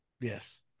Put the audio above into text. yes